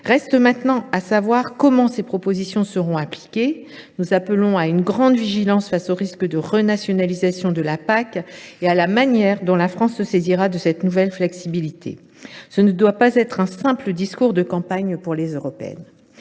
Reste désormais à savoir comment ces propositions seront appliquées. Nous appelons à une grande vigilance face au risque de renationalisation de la PAC et à la manière dont la France se saisira de cette nouvelle flexibilité. Ce sujet ne doit pas se cantonner à un simple discours de campagne pour les élections